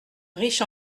riche